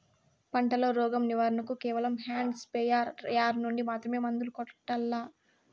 పంట లో, రోగం నివారణ కు కేవలం హ్యాండ్ స్ప్రేయార్ యార్ నుండి మాత్రమే మందులు కొట్టల్లా?